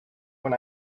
when